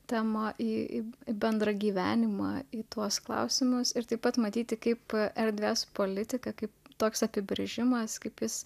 temą į bendrą gyvenimą į tuos klausimus ir taip pat matyti kaip erdves politika kaip toks apibrėžimas kaip jis